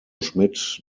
schmidt